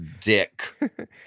dick